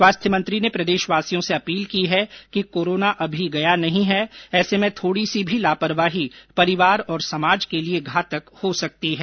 स्वास्थ्य मंत्री ने प्रदेशवासियों से अपील की है कि कोरोना अभी गया नहीं है ऐसे में थोड़ी सी भी लापरवाही परिवार और समाज के लिए घातक हो सकती है